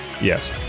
Yes